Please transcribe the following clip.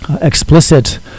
explicit